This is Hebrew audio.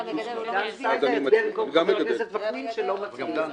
דן סידה יצביע במקום חבר הכנסת וקנין שלא מצביע.